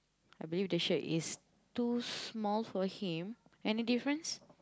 I believe the shirt is too small for him any difference